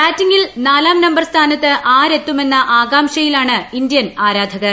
ബാറ്റിംഗിൽ നാലാം നമ്പർ സ്ഥാനത്ത് ആരെത്തുമെന്ന ആകാംക്ഷയിലാണ് ഇന്ത്യൻ ആരാധകർ